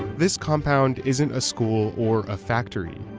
this compound isn't a school or a factory.